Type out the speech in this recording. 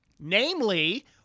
namely